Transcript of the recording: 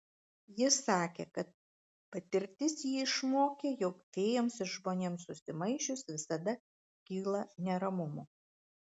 jis sakė kad patirtis jį išmokė jog fėjoms ir žmonėms susimaišius visada kyla neramumų